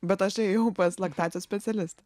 bet aš ėjau pas laktacijos specialistą